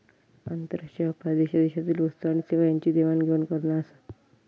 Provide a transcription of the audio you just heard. आंतरराष्ट्रीय व्यापार देशादेशातील वस्तू आणि सेवा यांची देवाण घेवाण करना आसा